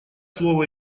слово